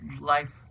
life